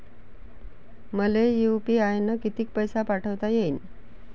मले यू.पी.आय न किती पैसा पाठवता येईन?